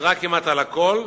וויתרה כמעט על הכול,